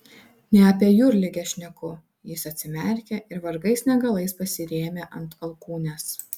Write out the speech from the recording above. ne apie jūrligę šneku jis atsimerkė ir vargais negalais pasirėmė ant alkūnės